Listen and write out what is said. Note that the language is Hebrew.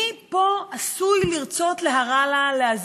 מי פה עשוי לרצות להרע לה, להזיק.